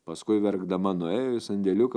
paskui verkdama nuėjo į sandėliuką